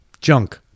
junk